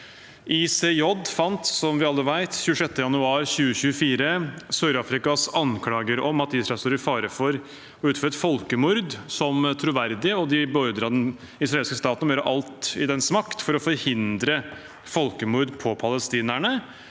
ICJ, fant, som vi alle vet, 26. januar 2024 Sør-Afrikas anklager om at Israel står i fare for å utføre et folkemord, troverdige, og de beordret den israelske staten til å gjøre alt i dens makt for å forhindre folkemord på palestinerne,